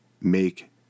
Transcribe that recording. make